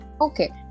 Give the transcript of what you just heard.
Okay